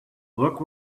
look